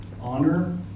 honor